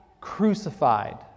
crucified